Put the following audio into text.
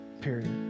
period